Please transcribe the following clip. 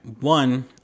One